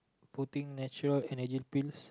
putting natural Energy Pills